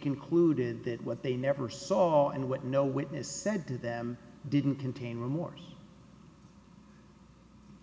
concluded that what they never saw and what no witness said to them didn't contain remorse